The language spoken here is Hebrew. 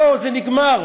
לא, זה נגמר.